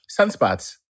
Sunspots